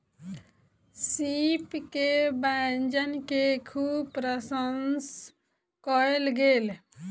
सीप के व्यंजन के खूब प्रसंशा कयल गेल